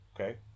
okay